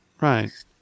right